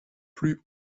plus